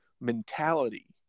mentality